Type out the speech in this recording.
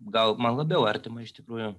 gal man labiau artima iš tikrųjų